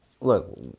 look